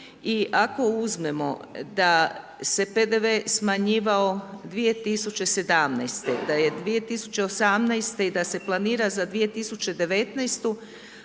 i ako uzmemo da se PDV smanjivao 2017. da je 2018. i da se planira za 2019.